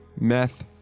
meth